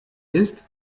ist